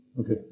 Okay